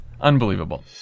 Unbelievable